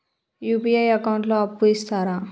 UPI account లో అప్పు ఇస్తరా?